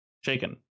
shaken